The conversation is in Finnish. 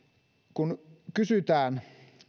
kun kysytään